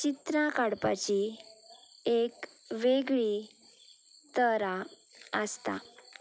चित्रां काडपाची एक वेगळी तरा आसता